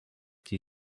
die